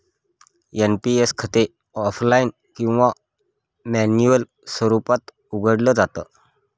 NPS खाते offline किंवा manual स्वरूपात उघडलं जात